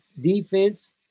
defense